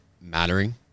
mattering